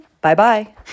Bye-bye